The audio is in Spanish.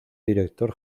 director